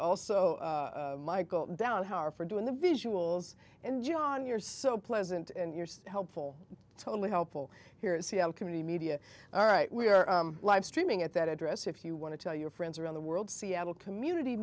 also michael down however for doing the visuals and you on yours so pleasant and your helpful totally helpful here in seattle committee media all right we are live streaming at that address if you want to tell your friends around the world seattle community